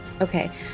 Okay